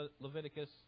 Leviticus